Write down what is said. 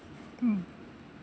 mm